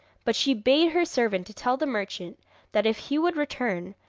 but she bade her servant to tell the merchant that if he would return,